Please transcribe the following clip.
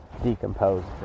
Decomposed